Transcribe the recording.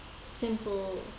simple